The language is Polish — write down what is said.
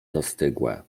zastygłe